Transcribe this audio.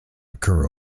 occur